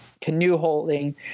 canoe-holding